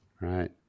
Right